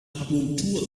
akupunktur